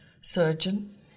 surgeon